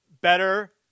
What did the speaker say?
better